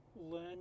learn